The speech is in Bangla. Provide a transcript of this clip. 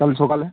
কাল সকালে